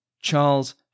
Charles